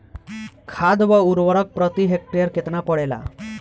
खाद व उर्वरक प्रति हेक्टेयर केतना परेला?